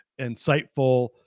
insightful